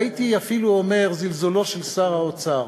והייתי אפילו אומר זלזולו של שר האוצר